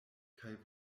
kaj